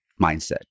mindset